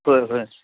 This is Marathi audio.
होय होय